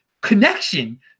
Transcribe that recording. connection